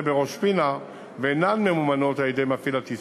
בראש-פינה ואינן ממומנות על-ידי מפעיל הטיסות.